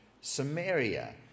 Samaria